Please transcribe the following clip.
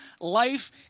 life